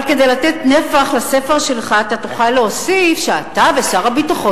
אבל כדי לתת נפח לספר שלך אתה תוכל להוסיף שאתה ושר הביטחון